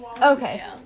Okay